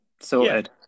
Sorted